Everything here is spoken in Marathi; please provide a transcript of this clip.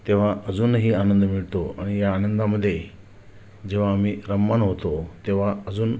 तेव्हा अजूनही आनंद मिळतो आणि या आनंदामध्ये जेव्हा आम्ही रममाण होतो तेव्हा अजून